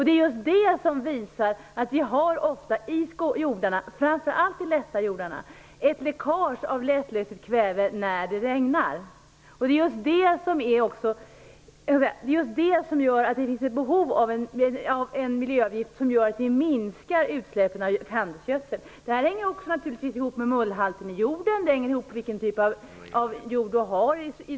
Det är det som visar att vi, framför allt i de lätta jordarna, får ett läckage av lättlösligt kväve när det regnar. Det är också det som gör att det finns ett behov av en miljöavgift som minskar utsläppen av handelsgödsel. Detta hänger naturligtvis också ihop med mullhalten i jorden och med vilken typ av jord som det gäller.